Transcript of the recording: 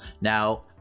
Now